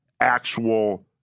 actual